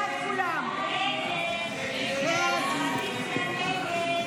הסתייגות 154 לא נתקבלה.